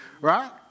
Right